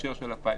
בהקשר של הפיילוט.